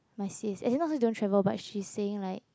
my sis and then don't say not travel by she saying like